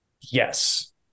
Yes